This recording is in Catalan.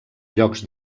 llocs